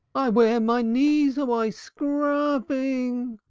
i wear my knees away scrubbing.